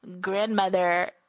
grandmother